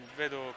vedo